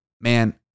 Man